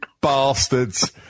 bastards